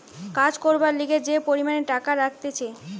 কাজ করবার লিগে যে পরিমাণে টাকা রাখতিছে